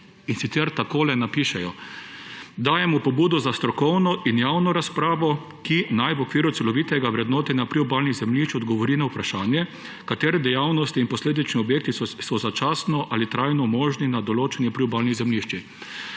In sicer takole napišejo, »dajemo pobudo za strokovno in javno razpravo, ki naj bo v okviru celovitega vrednotenja priobalnih zemljišč odgovori na vprašanje, katere dejavnosti in posledično objekti so začasno ali trajno možni na določenih priobalnih zemljiščih«.